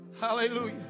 hallelujah